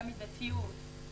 על המידתיות,